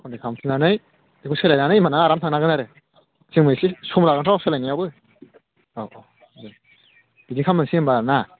contact खालाम फिननानै सोलायनानै होनबाना आराम थांनो हागोन आरो जोंबो एसे सम लागोनथ' सोलायनायावबो औ औ दे बिदिनो खालामनोसै होनबा ना